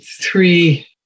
three